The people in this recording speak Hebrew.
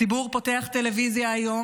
הציבור פותח טלוויזיה היום,